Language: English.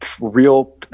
real